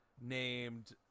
named